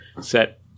set